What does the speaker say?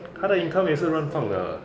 她的 income 也是乱放的